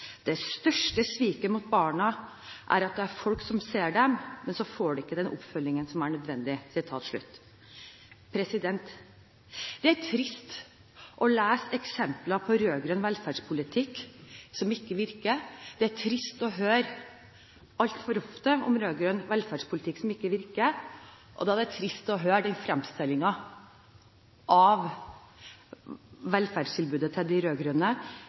Det største sviket mot barna er at det er folk som ser dem, men så får de ikke den oppfølgingen som er nødvendig» Det er trist å lese eksempler på rød-grønn velferdspolitikk som ikke virker. Det er trist å høre altfor ofte om rød-grønn velferdspolitikk som ikke virker. Og det er trist å høre